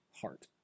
heart